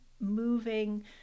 moving